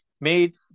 made